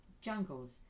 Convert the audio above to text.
jungles